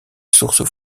source